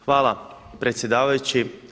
Hvala predsjedavajući.